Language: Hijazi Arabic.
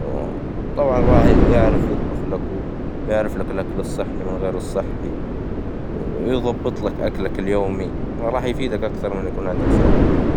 و طبعاً راح يعرف يطبخ لكوا، يعرفلك الأكل الصحي من غير الصحي، ويظبطلك أكلك اليومي، وراح يفيدك أكثر ما يكون عندك سائق.